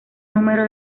número